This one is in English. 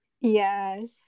yes